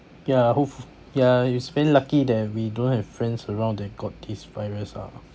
yeah hopef~ yeah it's very lucky that we don't have friends around that got this virus ah